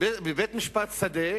בבית-משפט שדה